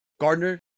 Gardner